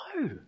No